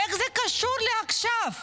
איך זה קשור עכשיו?